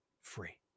free